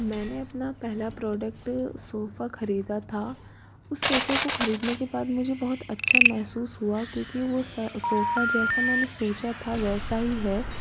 मैने अपना पहला प्रोडक्ट सोफ़ा खरीदा था उस सोफ़े को खरीदने के बाद मुझे बहुत अच्छा महसूस हुआ क्योंकि वो स सोफ़ा जैसा मैंने सोचा था वैसा ही है